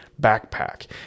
Backpack